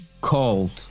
called